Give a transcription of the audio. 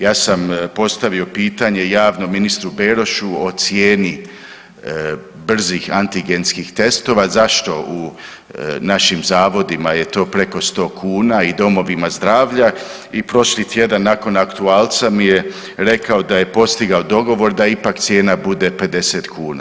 Ja sam postavio pitanje javno ministru Berošu o cijenu brzih antigenskih testova zašto u našim zavodima je to preko 100 kuna i domovima zdravlja i prošli tjedan nakon aktualca mi je rekao da je postigao dogovor da ipak cijena bude 50 kuna.